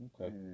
okay